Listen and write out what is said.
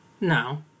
Now